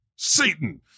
Satan